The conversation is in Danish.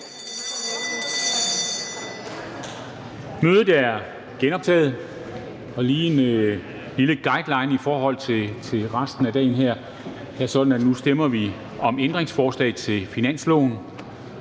Mødet er genoptaget. Jeg har lige en lille guideline i forhold til resten af den her. Det er sådan, at vi nu stemmer om ændringsforslag til finanslovsforslaget.